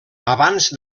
abans